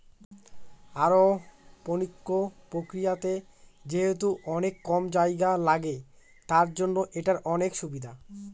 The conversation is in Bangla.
অরওপনিক্স প্রক্রিয়াতে যেহেতু অনেক কম জায়গা লাগে, তার জন্য এটার অনেক সুবিধা